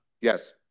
Yes